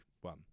one